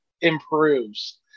improves